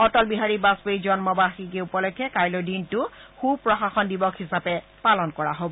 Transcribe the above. অটল বিহাৰী বাজপেয়ীৰ জন্মবাৰ্যিকী উপলক্ষে কাইলৈৰ দিনটো স প্ৰশাসন দিৱস হিচাপে পালন কৰা হ'ব